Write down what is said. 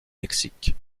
mexique